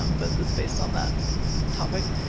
um but it's based on that topic.